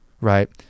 right